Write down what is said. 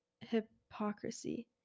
hypocrisy